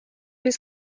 was